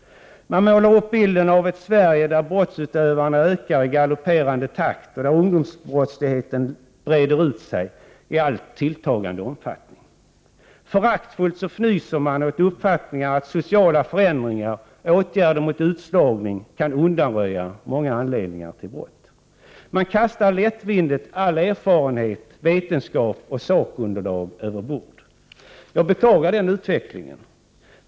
1988/89:60 bilden av ett Sverige där brottsutövarna ökar i galopperande takt och där 2 februari 1989 ungdomsbrottsligheten breder ut sig i allt tilltagande omfattning. Föraktfullt | fnyser man åt uppfattningen att sociala förändringar, åtgärder mot utslagning, kan undanröja många anledningar till brott. Man kastar lättvindigt all erfarenhet, all vetenskap och allt sakunderlag över bord. Jag beklagar den utvecklingen.